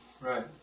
Right